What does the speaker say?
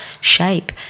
shape